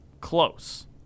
close